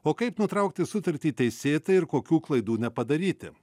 o kaip nutraukti sutartį teisėtai ir kokių klaidų nepadaryti